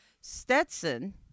Stetson